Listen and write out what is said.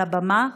על הבמה,